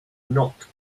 not